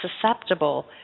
susceptible